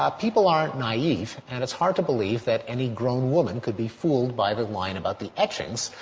ah people aren't naive and it's hard to believe that any grown woman could be fooled by the line about the etchings,